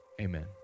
Amen